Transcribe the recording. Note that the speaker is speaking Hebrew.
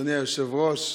אדוני היושב-ראש,